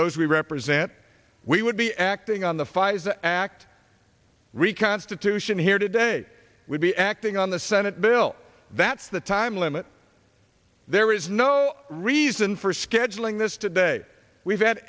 those we represent we would be acting on the pfizer act reconstitution here today would be acting on the senate bill that's the time limit there is no reason for scheduling this today we've had